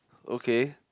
okay